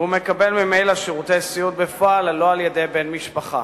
והוא מקבל ממילא שירותי סיעוד בפועל לא על-ידי בן משפחה.